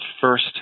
first